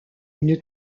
une